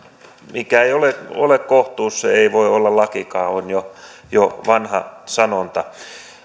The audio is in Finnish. mikä ei ole ole kohtuus se ei voi olla lakikaan se on jo vanha sanonta